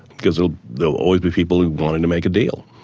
because there'll there'll always be people wanting to make a deal.